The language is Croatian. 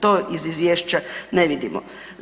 To iz izvješća ne vidimo.